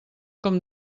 com